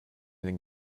den